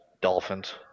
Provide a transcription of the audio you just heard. Dolphins